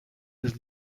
des